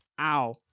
Ow